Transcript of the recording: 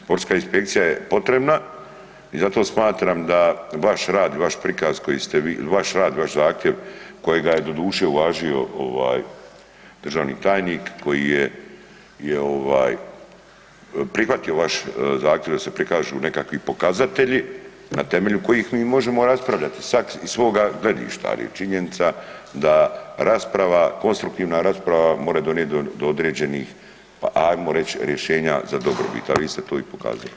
Sportska inspekcija je potrebna i zato smatram da vaš rad i vaš prikaz koji ste vi, vaš rad i vaš zahtjev kojega je doduše uvažio ovaj državni tajnik koji je ovaj prihvatio vaš zahtjev da se prikažu nekakvi pokazatelji na temelju kojih mi možemo raspravljati svak iz svoga gledišta, al je činjenica da rasprava, konstruktivna rasprava more donijet do određenih ajmo reć rješenja za dobrobit, a vi ste to i pokazali.